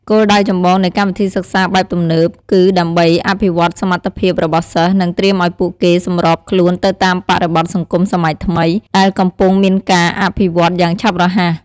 គោលដៅចម្បងនៃកម្មវិធីសិក្សាបែបទំនើបគឺដើម្បី អភិវឌ្ឍសមត្ថភាព របស់សិស្ស និង ត្រៀមឲ្យពួកគេសម្របខ្លួនទៅតាមបរិបទសង្គមសម័យថ្មី ដែលកំពុងមានការវិវឌ្ឍន៍យ៉ាងឆាប់រហ័ស។